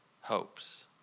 hopes